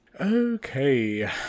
Okay